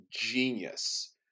genius